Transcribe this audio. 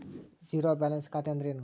Zero balance ಖಾತೆ ಅಂದ್ರೆ ಏನು?